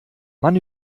mann